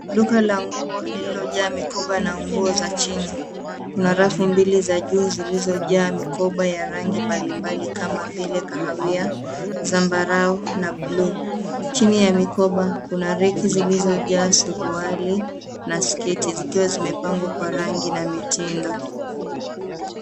Duka la nguo lililo jaa mikopa na nguo za chini na rafu mbili zaa juu zilizojaa mikopa ya rangi mbali mbali kama vile kahawia, sambarau na blue ,chini ya mkopa Kuna reki zilizojaa suruali na sketi zikiwa zimepangwa Kwa rangi na mitindo